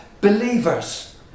believers